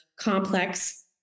complex